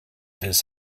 his